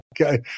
Okay